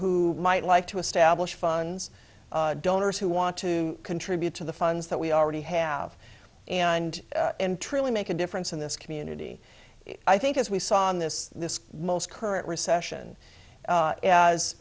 who might like to establish funds donors who want to contribute to the funds that we already have and truly make a difference in this community i think as we saw on this this most current recession